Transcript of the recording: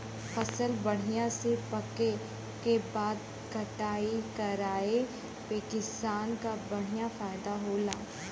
फसल बढ़िया से पके क बाद कटाई कराये पे किसान क बढ़िया फयदा होला